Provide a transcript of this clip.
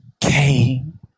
came